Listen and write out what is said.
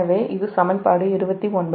எனவே இது சமன்பாடு 29